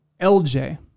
LJ